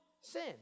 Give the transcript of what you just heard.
sin